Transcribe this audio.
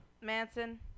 Manson